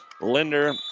Linder